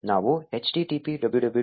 ನಾವು http www